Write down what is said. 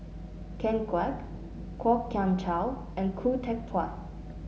Ken Kwek Kwok Kian Chow and Khoo Teck Puat